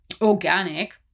organic